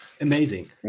amazing